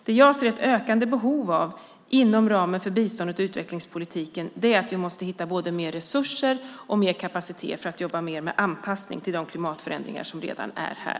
Det som jag ser ett ökande behov av inom ramen för biståndet och utvecklingspolitiken är att vi måste hitta både mer resurser och mer kapacitet för att jobba mer med anpassning till de klimatförändringar som redan är här.